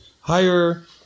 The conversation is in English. higher